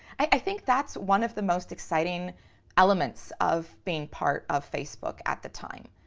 i think that's one of the most exciting elements of being part of facebook at the time.